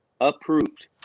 approved